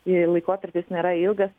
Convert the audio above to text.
jei laikotarpis nėra ilgas